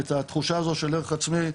את התחושה של ערך עצמי,